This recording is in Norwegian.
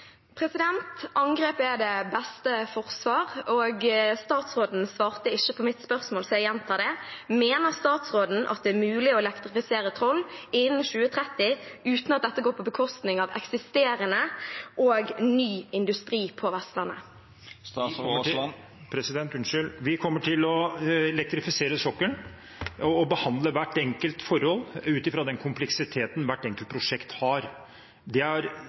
Angrep er det beste forsvar, og statsråden svarte ikke på mitt spørsmål, så jeg gjentar det. Mener statsråden at det er mulig å elektrifisere Troll innen 2030 uten at dette går på bekostning av eksisterende og ny industri på Vestlandet? Vi kommer til å elektrifisere sokkelen og behandle hvert enkelt forhold ut fra den kompleksiteten hvert enkelt prosjekt har. Det